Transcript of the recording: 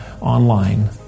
online